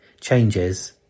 changes